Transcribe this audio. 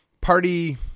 party